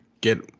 get